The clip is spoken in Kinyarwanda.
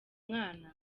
mwana